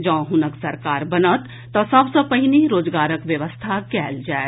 जँ हुनक सरकार बनत तऽ सभ सँ पहिने रोजगारक व्यवस्था कयल जाएत